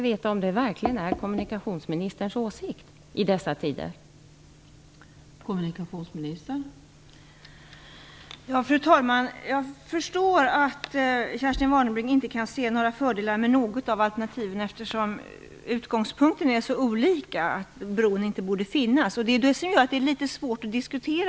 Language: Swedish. Är det verkligen, i dessa tider, kommunikationsministerns åsikt?